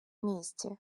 місці